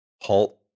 halt